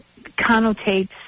connotates